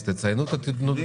אז תעשו סטיית תקן.